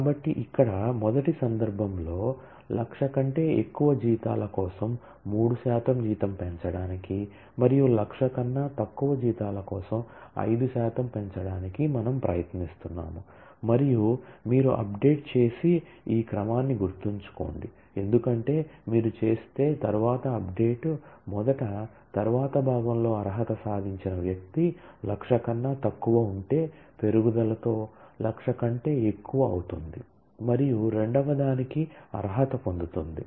కాబట్టి ఇక్కడ మొదటి సందర్భంలో 100000 కంటే ఎక్కువ జీతాల కోసం 3 శాతం జీతం పెంచడానికి మరియు 100000 కన్నా తక్కువ జీతాల కోసం 5 శాతం పెంచడానికి మనము ప్రయత్నిస్తున్నాము మరియు మీరు అప్డేట్ చేసే ఈ క్రమాన్ని గుర్తుంచుకోండి ఎందుకంటే మీరు చేస్తే తరువాత అప్డేట్ మొదట తరువాత భాగంలో అర్హత సాధించిన వ్యక్తి 100000 కన్నా తక్కువ ఉంటే పెరుగుదలతో 100000 కంటే ఎక్కువ అవుతుంది మరియు రెండవదానికి అర్హత పొందుతుంది